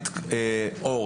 סמנכ"לית רשת אורט,